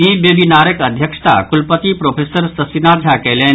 ई बेविनारक अध्यक्षता कुलपति प्रोफेसर शशिनाथ झा कयलनि